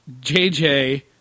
JJ